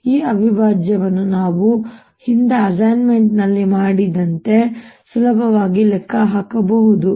ಮತ್ತು ಈ ಅವಿಭಾಜ್ಯವನ್ನು ನಾವು ಹಿಂದೆ ಅಸೈನ್ಮೆಂಟ್ನಲ್ಲಿ ಮಾಡಿದಂತೆ ಸುಲಭವಾಗಿ ಲೆಕ್ಕ ಹಾಕಬಹುದು